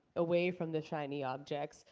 away from the shiny objects.